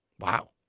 wow